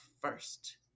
first